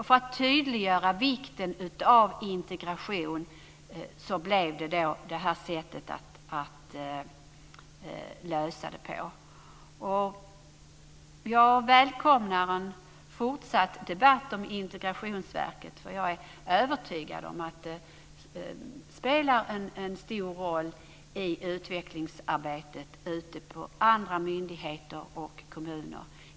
För att tydliggöra vikten av integration löste man det då på det här sättet. Jag välkomnar en fortsatt debatt om Integrationsverket. Jag är nämligen övertygad om att det spelar en stor roll i utvecklingsarbetet ute på andra myndigheter och i kommuner.